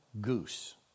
goose